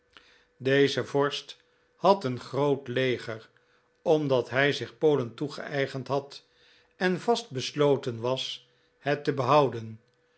deze vorst had een groot leger omdat hij zich polen toegeeigend had en vast besloten was het te behouden